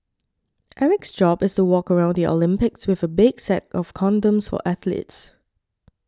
Eric's job is to walk around the Olympics with a big sack of condoms for athletes